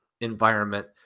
environment